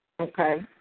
Okay